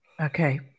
okay